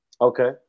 Okay